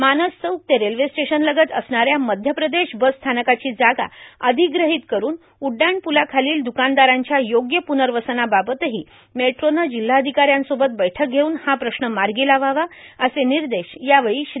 मानस चौक ते railway station लगत असणाऱ्या मध्यप्रदेश बसस्थानकाची जागा अधिग्रहीत करून उड्डाणपूलाखालील द्रकानदारांच्या योग्य पूनर्वसनाबाबतही मेट्रोनं जिल्हाधिकाऱ्यांसोबत बैठक घेऊन हा प्रश्न मार्गी लावावा असे निर्देश यावेळी श्री